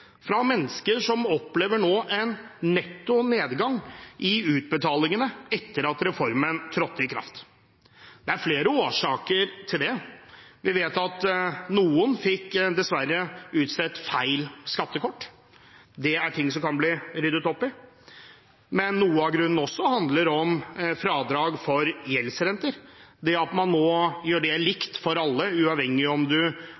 fra mennesker som nå opplever en nedgang i nettoutbetalingene etter at reformen trådte i kraft. Det er flere årsaker til det. Vi vet at noen dessverre fikk utstedt feil skattekort. Det er ting som det kan bli ryddet opp i. Noe av grunnen handler om fradrag for gjeldsrenter og det at man nå gjør det likt for alle. Uavhengig av om